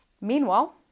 Meanwhile